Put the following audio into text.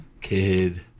Kid